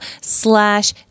slash